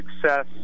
success